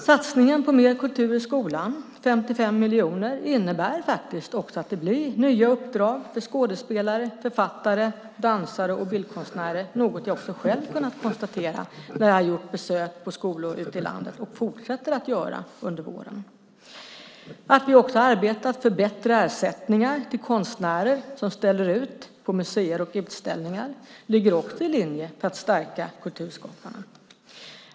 Satsningen på mer kultur i skolan, 55 miljoner, innebär faktiskt också att det blir nya uppdrag för skådespelare, författare, dansare och bildkonstnärer, något jag också själv har kunnat konstatera när jag har gjort besök på skolor ute i landet. Det fortsätter jag även med under våren. Att vi har arbetat för bättre ersättningar till konstnärer som ställer ut på museer och utställningar ligger också i linje med att stärka kulturskaparna.